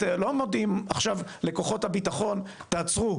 לא מודיעים עכשיו לכוחות הביטחון תעצרו,